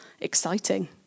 exciting